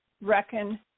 Reckon